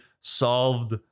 solved